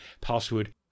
password